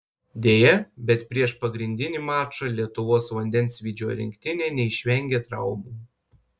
deja bet prieš pagrindinį mačą lietuvos vandensvydžio rinktinė neišvengė traumų